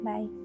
Bye